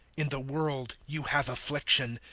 in the world you have affliction.